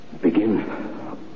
begin